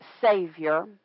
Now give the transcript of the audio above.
Savior